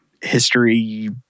history